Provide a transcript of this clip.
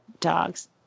dogs